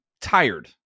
tired